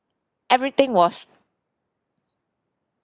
everything was